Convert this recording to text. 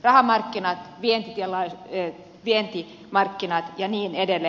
rahamarkkinat vientimarkkinat ja niin edelleen